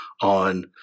on